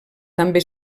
també